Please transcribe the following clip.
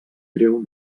greu